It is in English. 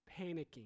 panicking